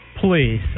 please